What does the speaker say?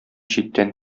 читтән